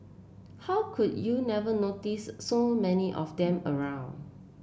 how could you never notice so many of them around